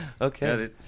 Okay